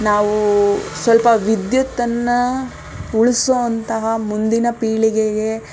ನಾವು ಸ್ವಲ್ಪ ವಿದ್ಯುತ್ತನ್ನು ಉಳಿಸೋ ಅಂಥ ಮುಂದಿನ ಪೀಳಿಗೆಗೆ